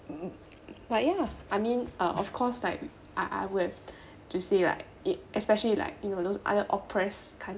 um like ya I mean uh of course like I I would have to say like i~ especially like you know those other oppressed countries